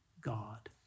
God